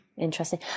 Interesting